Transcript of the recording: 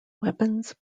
weapons